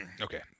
Okay